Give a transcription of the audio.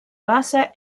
basa